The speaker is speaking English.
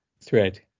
thread